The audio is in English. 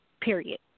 period